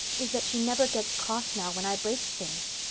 is that she never gets cross now when i breaks things.